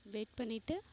wait பண்ணிட்டு